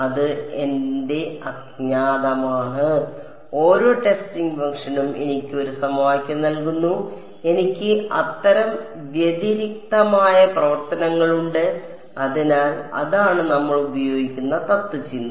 അത് എന്റെ അജ്ഞാതമാണ് ഓരോ ടെസ്റ്റിംഗ് ഫംഗ്ഷനും എനിക്ക് ഒരു സമവാക്യം നൽകുന്നു എനിക്ക് അത്തരം വ്യതിരിക്തമായ പ്രവർത്തനങ്ങളുണ്ട് അതിനാൽ അതാണ് നമ്മൾ ഉപയോഗിക്കുന്ന തത്ത്വചിന്ത